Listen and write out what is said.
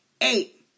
eight